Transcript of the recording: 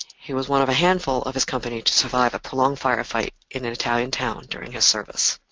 he was one of a handful of his company to survive a prolonged firefight in an italian town during his service.